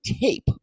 tape